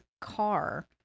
car